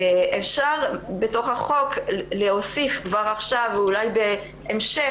אפשר בתוך החוק להוסיף כבר עכשיו ואולי בהמשך,